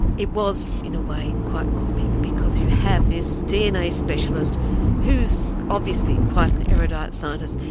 it was, in a way, quite comic, because you have this dna specialist who's obviously quite an erudite scientist,